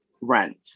rent